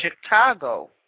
Chicago